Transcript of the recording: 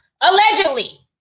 Allegedly